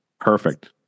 Perfect